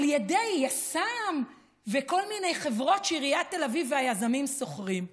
על ידי יס"מ וכל מיני חברות שעיריית תל אביב והיזמים שוכרים.